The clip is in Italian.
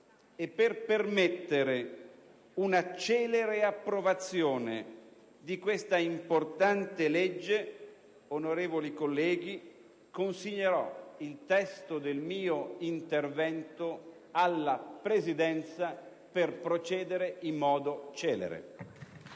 e per permettere una celere approvazione di questa importante legge, onorevoli colleghi, consegnerò il testo del mio intervento alla Presidenza perché possa essere